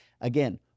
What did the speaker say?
again